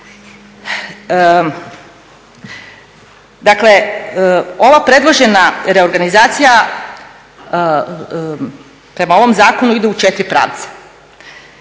Dakle, ova predložena reorganizacija prema ovom zakonu ide u 4 pravca.